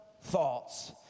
thoughts